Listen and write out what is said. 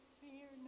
fear